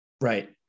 right